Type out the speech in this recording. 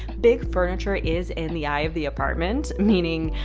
big furniture is in the eye of the apartment. meaning,